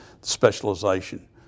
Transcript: specialization